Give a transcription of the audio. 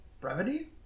Brevity